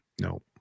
no